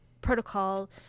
protocol